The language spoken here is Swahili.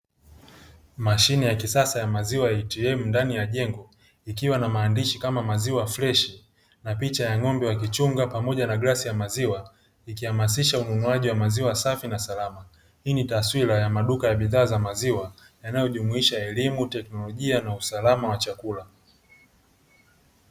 Mashine ya kisasa ya maziwa "ATM" ndani ya jengo ikiwa na maandishi kama maziwa freshi na picha ya ng'ombe wakichunga pamoja na glasi ya maziwa, ikihamasiha ununuaji wa maziwa safi na salama. Hii ni taswira ya maduka ya bidhaa ya maziwa, yanayojumuisha: elimu, teknolojia na usalama wa chakula.